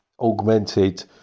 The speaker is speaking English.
augmented